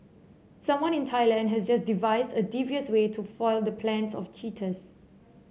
someone in Thailand has just devised a devious way to foil the plans of cheaters